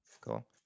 Cool